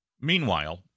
meanwhile